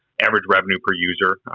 average revenue per user,